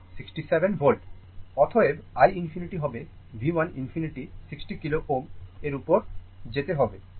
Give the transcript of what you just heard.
অতএব i ∞ হবে V 1 ∞ 60 kilo Ω এর উপর যেতে হবে 60 গুণ 10 এর পাওয়ার 3